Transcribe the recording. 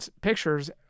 pictures